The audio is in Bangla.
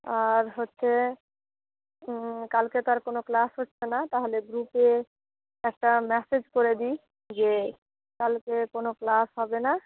আর হচ্ছে কালকে তো আর কোনো ক্লাস হচ্ছে না তাহলে গ্রুপে একটা ম্যাসেজ করে দিই যে কালকে কোনো ক্লাস হবে না